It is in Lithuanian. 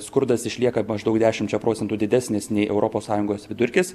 skurdas išlieka maždaug dešimčia procentų didesnis nei europos sąjungos vidurkis